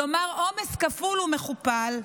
כלומר עומס כפול ומכופל,